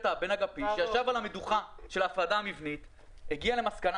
הבין-אגפי שישב על המדוכה של ההפרדה המבנית הגיע למסקנה